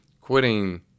quitting